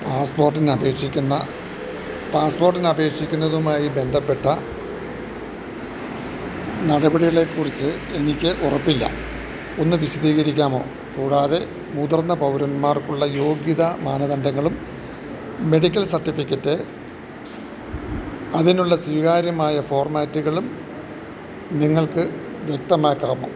പാസ്പോർട്ടിന് അപേക്ഷിക്കുന്ന പാസ്പോർട്ടിന് അപേക്ഷിക്കുന്നതുമായി ബന്ധപ്പെട്ട നടപടികളെക്കുറിച്ച് എനിക്ക് ഉറപ്പില്ല ഒന്ന് വിശദീകരിക്കാമോ കൂടാതെ മുതിർന്ന പൗരന്മാർക്കുള്ള യോഗ്യതാ മാനദണ്ഡങ്ങളും മെഡിക്കൽ സർട്ടിഫിക്കറ്റ് അതിനുള്ള സ്വീകാര്യമായ ഫോർമാറ്റുകളും നിങ്ങൾക്ക് വ്യക്തമാക്കാമോ